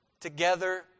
together